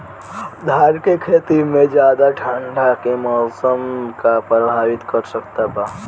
धान के खेती में ज्यादा ठंडा के मौसम का प्रभावित कर सकता बा?